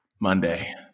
Monday